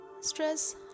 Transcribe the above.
Stress